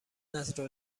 نذر